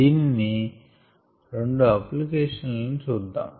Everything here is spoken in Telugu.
దీని రెండు అప్లికేషన్ లను చూద్దాం